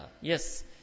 Yes